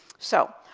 so,